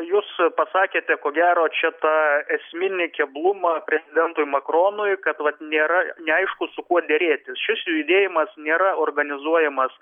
jūs pasakėte ko gero čia tą esminį keblumą prezidentui makronui kad vat nėra neaišku su kuo derėtis šis judėjimas nėra organizuojamas